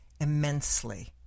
immensely